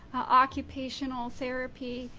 occupational therapy,